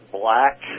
black